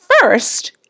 First